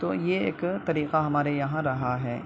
تو یہ ایک طریقہ ہمارے یہاں رہا ہے